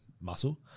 muscle